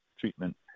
treatment